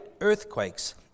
earthquakes